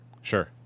Sure